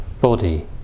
body